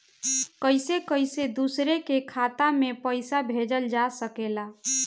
कईसे कईसे दूसरे के खाता में पईसा भेजल जा सकेला?